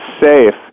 safe